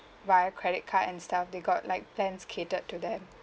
via credit card and stuff they got like plans catered to them